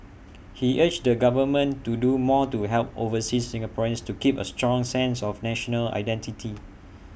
he urged the government to do more to help overseas Singaporeans keep A strong sense of national identity